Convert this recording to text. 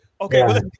Okay